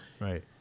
right